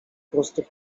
prostu